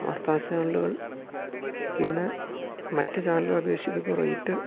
വാർത്താ ചാനലുകൾ പിന്നെ മറ്റ് ചാനലുകൾ അപേക്ഷിച്ചു ഇപ്പോൾ റേറ്റ്